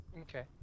Okay